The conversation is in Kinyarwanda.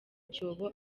cyobo